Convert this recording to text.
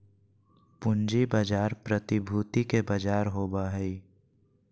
पूँजी बाजार प्रतिभूति के बजार होबा हइ